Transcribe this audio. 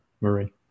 Marie